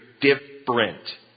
different